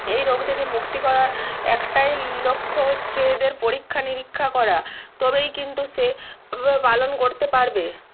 এই রোগ থেকে মুক্তি করার একটাই লক্ষ্য হচ্ছে এদের পরীক্ষা নিরীক্ষা করা তবেই কিন্তু সে পালন করতে পারবে